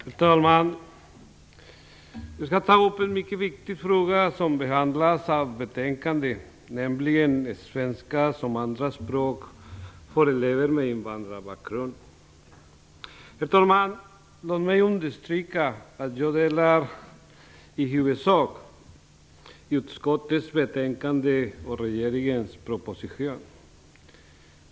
Herr talman! Jag skall ta upp en mycket viktig fråga som behandlas i betänkandet, nämligen svenska som andraspråk för elever med invandrarbakgrund. Herr talman! Låt mig understryka att jag i huvudsak delar uppfattningen i utskottets betänkande och i regeringens proposition.